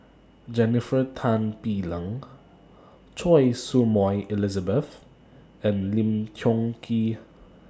Jennifer Tan Bee Leng Choy Su Moi Elizabeth and Lim Tiong Ghee